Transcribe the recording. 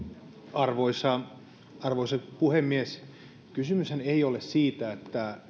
arvoisa arvoisa puhemies kysymyshän ei ole siitä